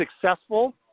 successful